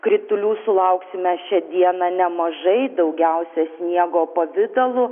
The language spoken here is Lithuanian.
kritulių sulauksime šią dieną nemažai daugiausia sniego pavidalu